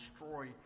destroy